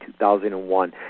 2001